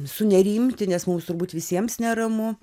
sunerimti nes mums turbūt visiems neramu